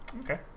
okay